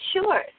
Sure